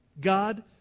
God